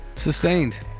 Sustained